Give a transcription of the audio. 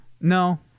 No